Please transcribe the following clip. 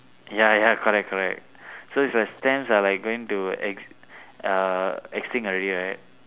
ya ya correct correct so it's like stamps are like going to ex~ uh extinct already right